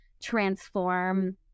transform